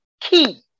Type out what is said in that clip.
key